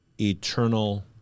eternal